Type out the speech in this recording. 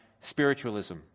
spiritualism